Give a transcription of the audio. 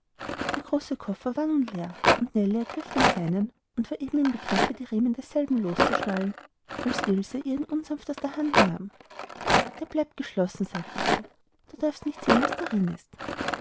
der große koffer war nun leer und nellie ergriff den kleinen und war eben im begriffe die riemen desselben loszuschnallen als ilse ihr ihn unsanft aus der hand nahm der bleibt geschlossen sagte sie du darfst nicht sehen was darin ist